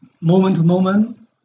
moment-to-moment